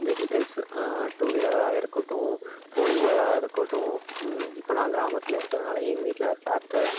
vehicles டூவீலராக இருக்கட்டும் ஃபோர்வீலராக இருக்கட்டும் இப்போ நான் கிராமத்தில் இருக்கிறதுனால எங்கள் வீட்டில் ட்ராக்டர்